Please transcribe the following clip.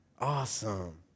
Awesome